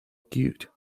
cute